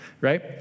right